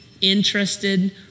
interested